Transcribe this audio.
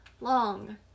long